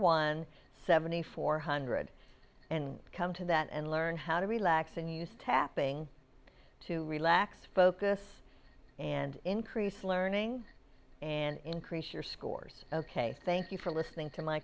one seventy four hundred and come to that and learn how to relax and use tapping to relax focus and increase learning and increase your scores ok thank you for listening to my